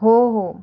हो हो